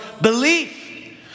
Belief